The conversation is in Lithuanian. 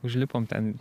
užlipom ten